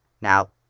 Now